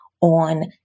on